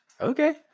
Okay